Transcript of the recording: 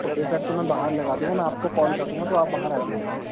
okay sir تو میں باہر لگا دوں گا میں آپ کو کال کر دوں گا تو آپ باہر آجائیے گا